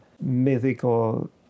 mythical